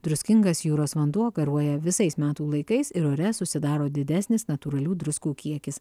druskingas jūros vanduo garuoja visais metų laikais ir ore susidaro didesnis natūralių druskų kiekis